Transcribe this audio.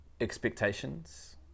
expectations